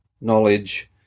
knowledge